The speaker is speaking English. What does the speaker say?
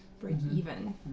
break-even